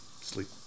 sleep